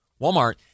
Walmart